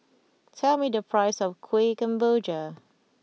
tell me the price of Kueh Kemboja